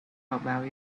about